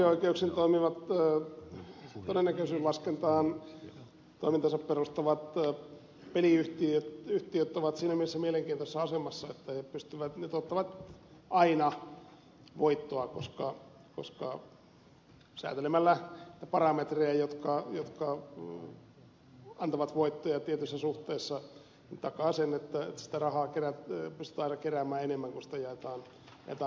monopolioikeuksin toimivat todennäköisyyslaskentaan toimintansa perustavat peliyhtiöt ovat siinä mielessä mielenkiintoisessa asemassa että ne tuottavat aina voittoa koska säätelemällä niitä parametreja jotka antavat voittoja tietyssä suhteessa takaa sen että sitä rahaa pystytään aina keräämään enemmän kuin sitä jaetaan pois